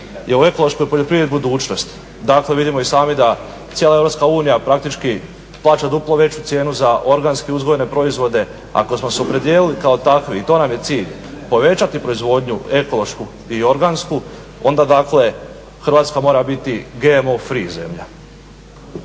je u ekološkoj poljoprivredi budućnost. Dakle, vidimo i sami da cijela Europska unija praktički plaća duplo veću cijenu za organski uzgojene proizvode. Ako smo se opredijelili kao takvi i to nam je cilj povećati proizvodnju ekološku i organsku onda dakle Hrvatska mora biti GMO free zemlja.